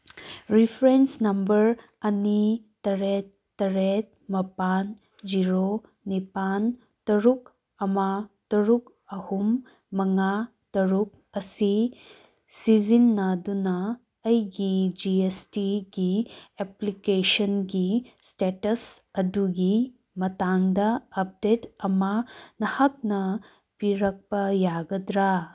reference number ꯑꯅꯤ ꯇꯔꯦꯠ ꯇꯔꯦꯠ ꯃꯥꯄꯟ ꯖꯤꯔꯣ ꯅꯤꯄꯥꯟ ꯇꯔꯨꯛ ꯑꯃ ꯇꯔꯨꯛ ꯑꯍꯨꯝ ꯃꯉꯥ ꯇꯔꯨꯛ ꯑꯁꯤ ꯁꯤꯖꯤꯟꯅꯗꯨꯅ ꯑꯩꯒꯤ ꯖꯤ ꯑꯦꯁ ꯇꯤꯒꯤ ꯑꯦꯄ꯭ꯂꯤꯀꯦꯁꯟꯒꯤ ꯏꯁꯇꯦꯇꯁ ꯑꯗꯨꯒꯤ ꯃꯇꯥꯡꯗ ꯑꯞꯗꯦꯠ ꯑꯃ ꯅꯍꯥꯛꯅ ꯄꯤꯔꯛꯄ ꯌꯥꯒꯗ꯭ꯔꯥ